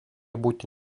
būti